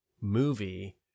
movie